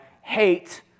hate